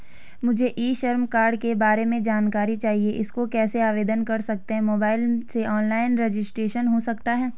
मुझे e Shram card के बारे में जानकारी चाहिए इसको कैसे आवेदन कर सकते हैं मोबाइल से ऑनलाइन रजिस्ट्रेशन हो सकता है?